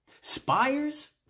Spires